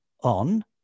on